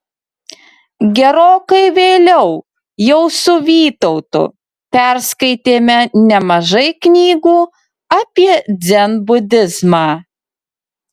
gerokai vėliau jau su vytautu perskaitėme nemažai knygų apie dzenbudizmą